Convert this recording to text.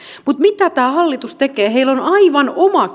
mutta mitä tämä hallitus tekee heillä on tekeillä aivan oma